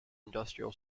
industrial